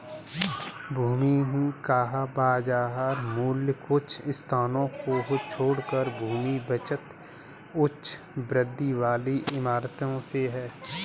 भूमि का बाजार मूल्य कुछ स्थानों को छोड़कर भूमि बचत उच्च वृद्धि वाली इमारतों से है